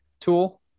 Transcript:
tool